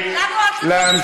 אנחנו יודעים